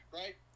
right